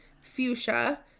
Fuchsia